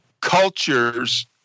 cultures